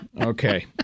Okay